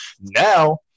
now